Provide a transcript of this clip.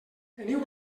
teniu